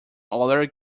other